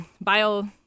bio